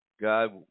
God